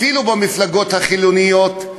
אפילו במפלגות החילוניות,